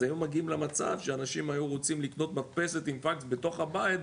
אז היו מגיעים למצב שאנשים רצו לקנות מדפסת עם פקס בתוך הבית,